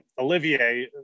Olivier